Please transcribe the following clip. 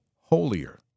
holier